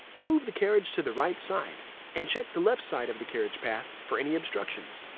move the carriage to the right side and check the left side of the carriage path for any obstructions.